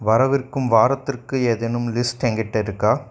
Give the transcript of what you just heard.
வரவிருக்கும் வாரத்திற்கு ஏதேனும் லிஸ்ட் எங்கிட்ட இருக்கா